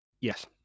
Yes